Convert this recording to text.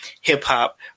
hip-hop